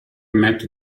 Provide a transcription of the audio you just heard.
matt